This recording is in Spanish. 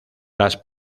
las